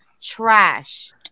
trash